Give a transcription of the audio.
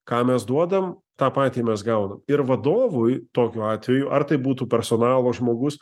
ką mes duodam tą patį mes gaunam ir vadovui tokiu atveju ar tai būtų personalo žmogus